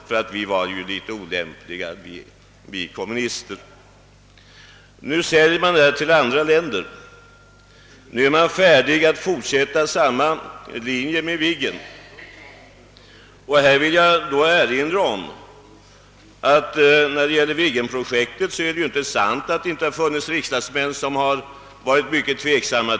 Denna stridsvagn säljs till andra länder, och nu är man färdig att fortsätta efter samma linje då det gäller Viggen. Jag vill erinra om att det beträffande Viggenprojektet inte är sant, att det inte funnits riksdagsmän som tidigare varit mycket tveksamma.